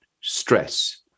stress